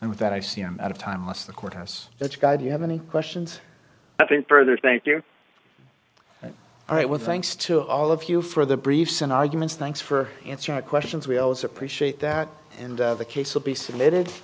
and with that i see i'm out of time with the courthouse that's god you have any questions i think there's thank you all right with thanks to all of you for the briefs and arguments thanks for answering the questions we always appreciate that and the case will be submitted